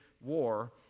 war